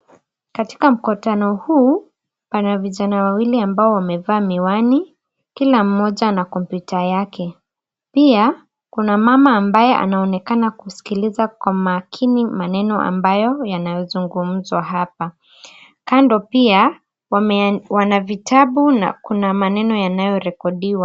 Katika mkutano huu, pana vijana wawili ambao wamevaa miwani, kila mmoja ana kompyuta yake. Pia, kuna mmama ambaye anaonekana kusikiliza kwa makini maneno ambayo yanayozungumzwa hapa. Kando pia, wana vitabu na kuna maneno yanayorekodiwa.